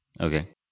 Okay